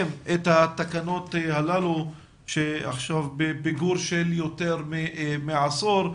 את התקנות הללו שעכשיו בפיגור של יותר מעשור,